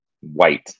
white